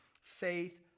faith